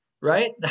right